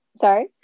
sorry